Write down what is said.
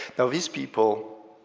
now these people,